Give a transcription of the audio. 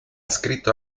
scritto